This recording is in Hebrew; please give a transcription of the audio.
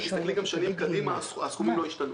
אם תסתכלי שנים קדימה תראי שהסכומים לא השתנו.